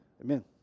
Amen